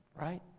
right